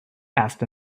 asked